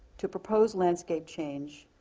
to propose landscape change,